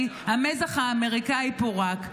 כי המזח האמריקני פורק.